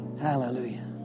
Hallelujah